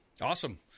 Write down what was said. Awesome